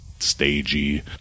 Stagey